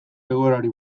egoerari